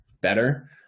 better